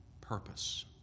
purpose